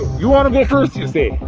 you want to go first, you say.